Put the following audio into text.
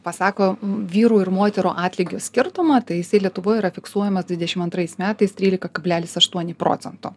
pasako vyrų ir moterų atlygio skirtumą tai jisai lietuvoj yra fiksuojamas dvidešimt antrais metais trylika kablelis aštuoni procento